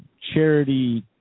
charity